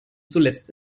zuletzt